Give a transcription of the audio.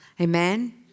Amen